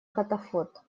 катафот